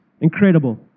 incredible